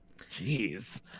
Jeez